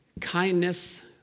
kindness